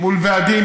מול ועדים,